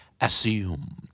assume